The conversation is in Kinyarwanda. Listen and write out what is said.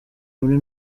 muri